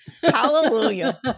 Hallelujah